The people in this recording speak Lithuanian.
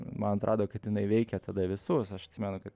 man atrodo kad jinai veikė tada visus aš atsimenu kaip